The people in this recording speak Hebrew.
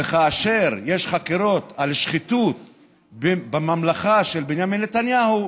וכאשר יש חקירות על שחיתות בממלכה של בנימין נתניהו,